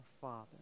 Father